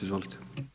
Izvolite.